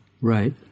Right